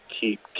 keep